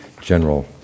general